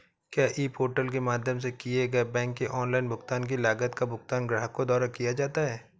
क्या e portal के माध्यम से किए गए बैंक के ऑनलाइन भुगतान की लागत का भुगतान ग्राहकों द्वारा किया जाता है?